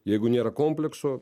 jeigu nėra komplekso